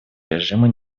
режима